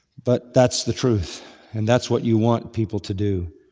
but that's the truth and that's what you want people to do.